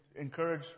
encourage